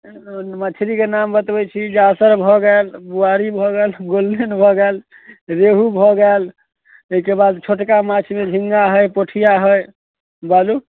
मछरीके नाम बतबै छी जासर भऽ गेल बुआरी भऽ गेल गोल्डेन भऽ गेल रोहू भऽ गेल तैकेबाद छोटका माँछमे झिङ्गा हय पोठिआ हय बोलु